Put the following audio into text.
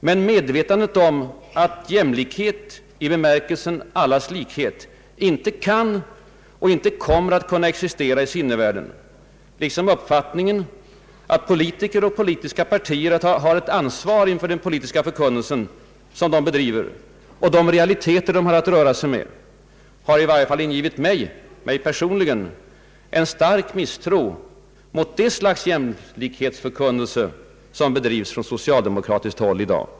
Men medvetandet om att jämlikhet i bemärkelsen allas likhet inte kan och inte kommer att kunna existera i sinnevärlden, liksom uppfattningen att politiker och politiska partier har ett ansvar för den politiska förkunnelse man bedriver och de realiteter man har att röra sig med, har i varje fall ingivit mig personligen en stark misstro mot det slags jämlikhetsförkunnelse som bedrivs från socialdemokratiskt håll i dag.